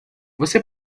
você